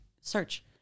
search